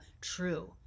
true